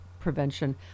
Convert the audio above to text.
prevention